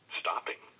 stopping